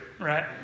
right